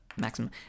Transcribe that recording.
maximum